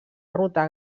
ruta